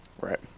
Right